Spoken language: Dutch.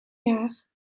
jaar